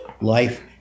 life